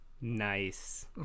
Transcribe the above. Nice